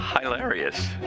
hilarious